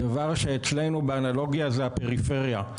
דבר שאצלנו באנלוגיה זה הפריפריה.